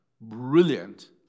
brilliant